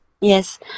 yes